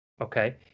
okay